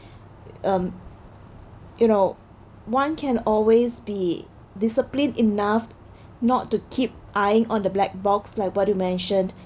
um you know one can always be discipline enough not to keep eying on the black box like what you mentioned